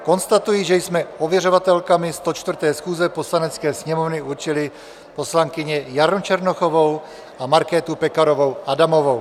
Konstatuji, že jsme ověřovatelkami 104. schůze Poslanecké sněmovny určili poslankyni Janu Černochovou a Markétu Pekarovou Adamovou.